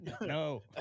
No